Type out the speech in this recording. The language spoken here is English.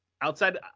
outside